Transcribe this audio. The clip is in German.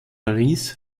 paris